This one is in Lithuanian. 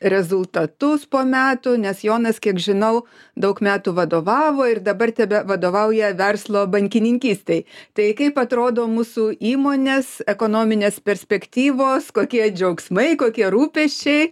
rezultatus po metų nes jonas kiek žinau daug metų vadovavo ir dabar tebevadovauja verslo bankininkystei tai kaip atrodo mūsų įmonės ekonominės perspektyvos kokie džiaugsmai kokie rūpesčiai